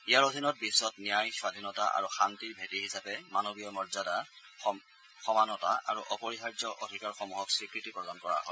ইয়াৰ অধীনত বিশ্বত ন্যায় স্বাধীনতা আৰু শান্তিৰ ভেটি হিচাপে মানৱীয় মৰ্যাদা সমানতা আৰু অপৰিহাৰ্য অধিকাৰসমূহক স্বীকৃতি প্ৰদান কৰা হয়